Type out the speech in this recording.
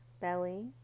belly